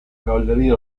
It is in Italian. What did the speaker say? cavalleria